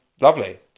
Lovely